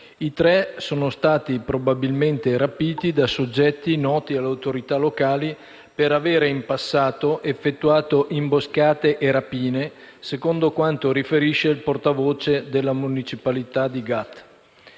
I tre sono stati probabilmente rapiti da soggetti noti alle autorità locali per avere in passato effettuato imboscate e rapine, secondo quanto riferisce il portavoce della municipalità di Ghat.